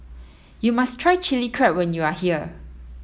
you must try Chili Crab when you are here